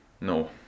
No